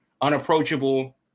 unapproachable